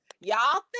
y'all